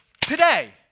Today